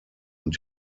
und